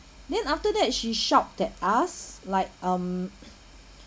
then after that she shout at us like um